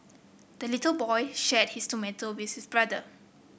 the little boy shared his tomato with his brother